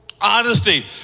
Honesty